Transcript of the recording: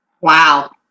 Wow